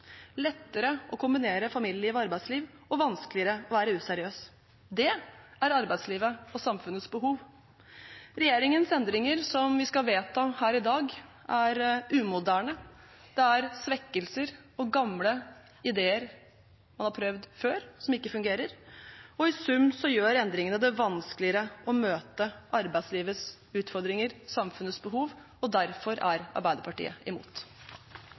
lettere å kombinere familieliv med arbeidsliv og vanskeligere å være useriøs. Det er arbeidslivets og samfunnets behov. Regjeringens forslag til endringer, som vi skal vedta her i dag, er umoderne. Det er svekkelser og gamle ideer som man har prøvd før, og som ikke fungerer. I sum gjør endringene det vanskeligere å møte arbeidslivets utfordringer og samfunnets behov. Derfor er Arbeiderpartiet imot.